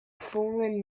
fallen